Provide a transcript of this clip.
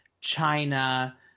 China